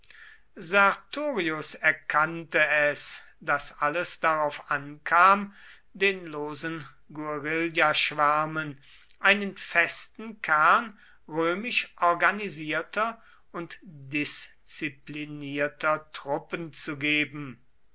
sertorius erkannte es daß alles darauf ankam den losen guerillaschwärmen einen festen kern römisch organisierter und disziplinierter truppen zu geben